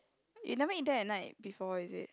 you never eaten at night before is it